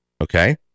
Okay